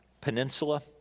Peninsula